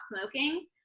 smoking